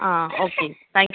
ah okay thank you ma'am